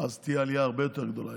בכל העולם, תהיה עלייה הרבה יותר גדולה.